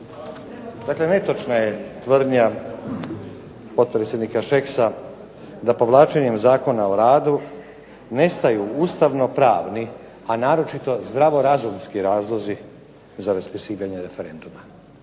Dakle, netočna je tvrdnja potpredsjednika Šeksa da povlačenjem Zakona o radu nestaju ustavno-pravni, a naročito zdravo razumski razlozi za raspisivanje referenduma.